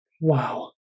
Wow